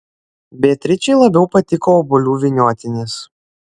beatričei labiau patiko obuolių vyniotinis